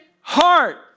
heart